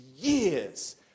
years